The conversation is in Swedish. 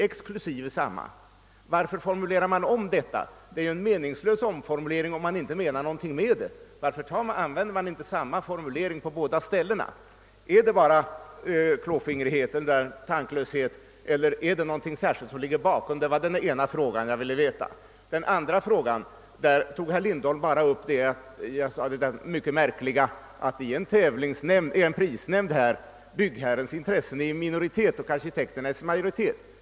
exklusive samma utrymmen. Varför formulerar man om detta? Det är ju en meningslös omformulering, om man inte menar någonting med det. Varför använder man inte samma formulering på båda ställena? Är det bara klåfingrighet eller tanklöshet eller ligger det något särskilt bakom? Det var den ena frågan. Beträffande min andra fråga tog herr Lindholm bara upp vad jag sade om det mycket märkliga i att byggherrens intressen i en prisnämnd är i minoritet och arkitekternas i majoritet.